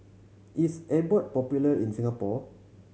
is Abbott popular in Singapore